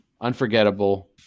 unforgettable